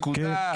נקודה.